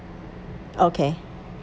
okay